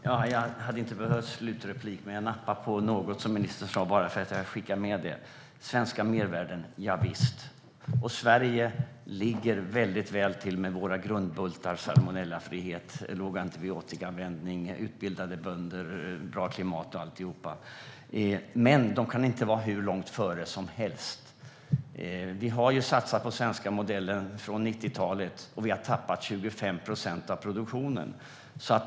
Herr talman! Jag hade kanske inte behövt detta slutinlägg, men jag nappade på något som ministern sa och vill göra ett medskick. Svenska mervärden - javisst! Sverige ligger väldigt väl till med våra grundbultar: salmonellafrihet, låg antibiotikaanvändning, utbildade bönder, bra klimat och alltihop. Men Sveriges bönder kan inte vara hur långt före som helst. Vi har satsat på den svenska modellen sedan 90-talet, och vi har tappat 25 procent av produktionen.